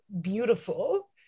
beautiful